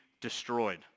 destroyed